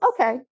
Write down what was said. okay